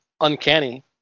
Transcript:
Uncanny